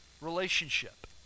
relationship